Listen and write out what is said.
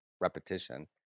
repetition